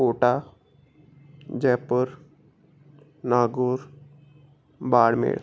Kota Jaipur Nagaur Barmer